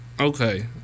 Okay